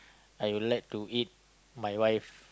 I would like to eat my wife